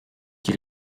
qui